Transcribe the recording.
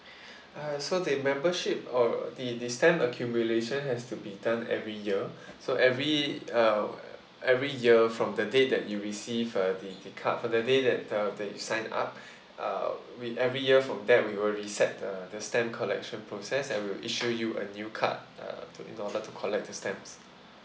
uh so the membership or the the stamp accumulation has to be done every year so every uh every year from the day that you received uh the the card for the day that the that you sign up uh we every year from that we will reset uh the stamp collection process and we'll issue you a new card uh in order to collect the stamps